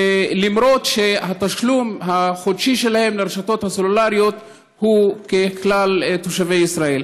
למרות שהתשלום החודשי שלהם לרשתות הסלולריות הוא כשל כלל תושבי ישראל.